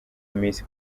miss